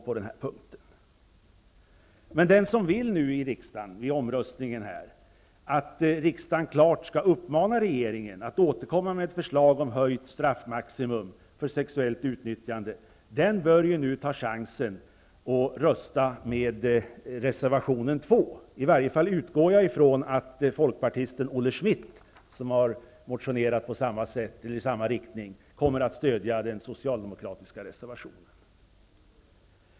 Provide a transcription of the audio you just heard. Den i riksdagen som nu i omröstningen vill medverka till att riksdagen klart skall uppmana regeringen att återkomma med förslag om höjt straffmaximum för sexuellt utnyttjande bör nu ta chansen och rösta för reservation 2. Jag utgår i varje fall från att folkpartisten Olle Schmidt, som har motionerat i samma riktning, kommer att stödja den socialdemokratiska reservationen.